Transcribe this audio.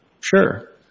Sure